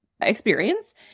experience